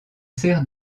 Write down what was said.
sert